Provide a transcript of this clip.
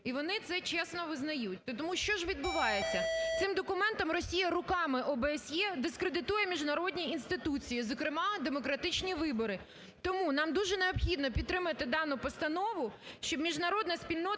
І вони це чесно визнають. І тому що ж відбувається? Цим документом Росія руками ОБСЄ дискредитує міжнародні інституції, зокрема демократичні вибори. Тому нам дуже необхідно підтримати дану постанову, щоб міжнародна спільнота